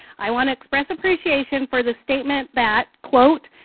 i want to express appreciation for the statement that, quote,